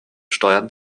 steuern